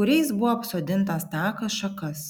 kuriais buvo apsodintas takas šakas